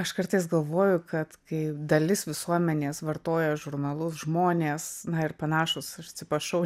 aš kartais galvoju kad kai dalis visuomenės vartoja žurnalus žmonės na ir panašūs atsiprašau